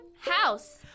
House